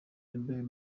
bayern